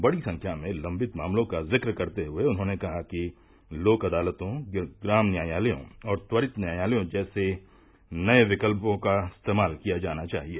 बड़ी संख्या में लवित मामलों का जिक्र करते हुए उन्होंने कहा कि लोक अदालतों ग्राम न्यायालयों और त्वरित न्यायालयों जैसे नये विकल्पों का इस्तेमाल किया जाना चाहिए